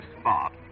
spot